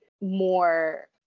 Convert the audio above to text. more